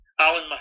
Alan